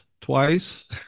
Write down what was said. twice